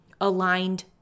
aligned